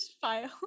file